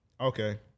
Okay